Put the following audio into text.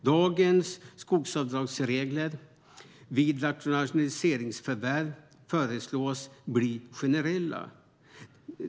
Dagens skogsavdragsregler vid rationaliseringsförvärv föreslås bli generella.